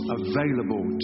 available